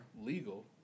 legal